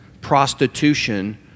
prostitution